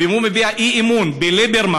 ואם הוא מביע אי-אמון בליברמן,